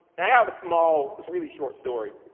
and i have a small, really short story.